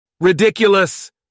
Ridiculous